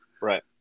Right